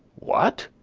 what!